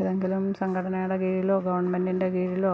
ഏതെങ്കിലും സംഘടനയുടെ കീഴിലോ ഗവൺമെൻറ്റിൻ്റെ കീഴിലോ